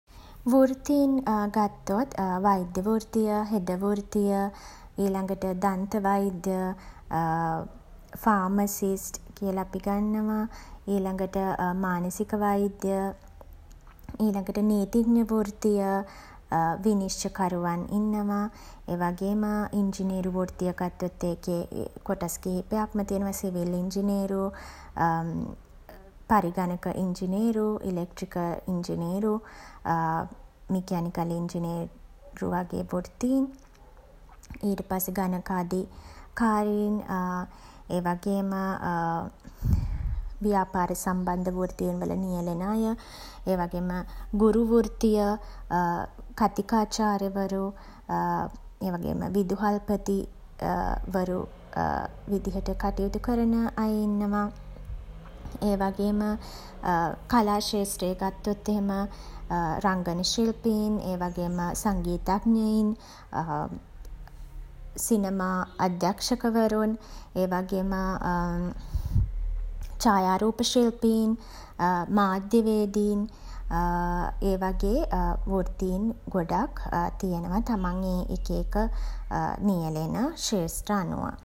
වෘත්තීන් ගත්තොත් වෛද්‍ය වෘත්තීය හෙද වෘත්තීය ඊළගට දන්ත වෛද්‍ය ෆාමසිස්ට් කියල අපි ගන්නවා. ඊළගට මානසික වෛද්‍ය ඊළගට නීතිඥ වෘත්තීය විනිශ්චකරුවන් ඉන්නවා. ඒ වගේම ඉංජිනේරු වෘත්තීය ගත්තොත් ඒකෙ කොටස් කිහිපයක්ම තියෙනවා. සිවිල් ඉංජිනේරු පරිඝනක ඉංජිනේරු ඉලෙක්ට්‍රිකල් ඉංජිනේරු මිකෑනිකල් ඉංජිනේරු වගේ වෘත්තීන්. ඊට පස්සේ ගණකාධිකාරීන් ඒ වගේම ව්‍යාපාර සම්බන්ධ වෘත්තීන් වල නියැලෙන අය. ඒ වගේම ගුරු වෘත්තීය කථිකාචාර්යවරු ඒ වගේම විදුහල්පති වරු විදිහට කටයුතු කරන අය ඉන්නවා. ඒ වගේම කලා ක්ෂේත්‍රය ගත්තොත් එහෙම රංගන ශිල්පීන් ඒ වගේම සංගීතඥයින් සිනමා අධ්‍යක්ෂකවරුන් ඒ වගේම ඡායාරූප ශිල්පීන් මාධ්‍යවේදීන් ඒ වගේ වෘත්තීන් ගොඩක් තියෙනවා තමන් ඒ එක එක නියැලෙන ක්ෂේත්‍ර අනුව.